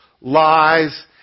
lies